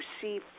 see